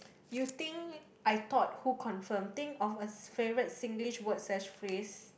you think I thought who confirmed think of a favourite Singlish word such phrase